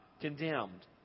condemned